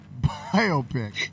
Biopic